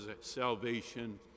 salvation